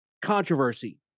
Controversy